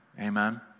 Amen